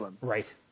Right